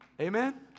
Amen